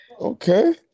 Okay